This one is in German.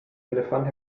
elefant